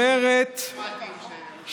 אולי תגלה לו,